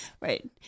right